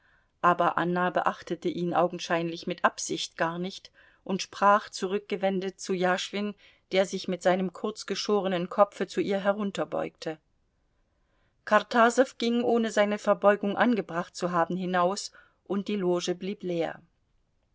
aber anna beachtete ihn augenscheinlich mit absicht gar nicht und sprach zurückgewendet zu jaschwin der sich mit seinem kurz geschorenen kopfe zu ihr herunterbeugte kartasow ging ohne seine verbeugung angebracht zu haben hinaus und die loge blieb leer